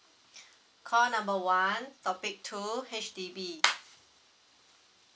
call number one topic two H_D_B